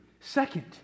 Second